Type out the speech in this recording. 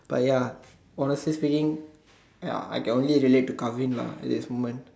but ya honestly speaking ya I can only relate to Kelvin lah at this moment